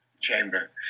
chamber